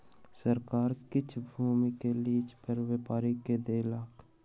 सरकार किछ भूमि के लीज पर व्यापारी के देलक